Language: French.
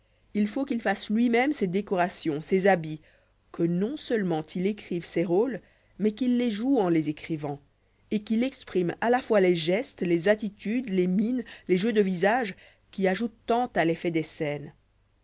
il faut qu'ilrfasse bùv même ses décorations ses habits que non-seulement il écrive ses rôles mais qu'il les joue en les écrivant et qu'il exprime à la fois les gestes le s attitut des les mines les jeux deiyisage qui ajoutent tant à l'effet des scènes